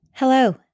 Hello